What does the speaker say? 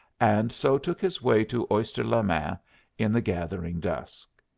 and so took his way to oyster-le-main in the gathering dusk.